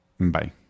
Bye